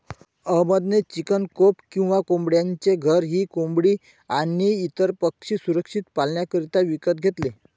अहमद ने chicken coop किंवा कोंबड्यांचे घर ही कोंबडी आणी इतर पक्षी सुरक्षित पाल्ण्याकरिता विकत घेतले